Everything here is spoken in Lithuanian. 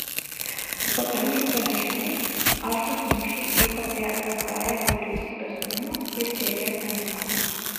vakariniais pranešimais aršūs mūšiai vyko prie zavgajevo vyriausybės rūmų ir tv centro